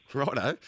righto